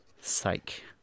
Psych